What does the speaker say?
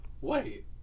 Wait